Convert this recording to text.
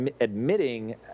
admitting